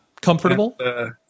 Comfortable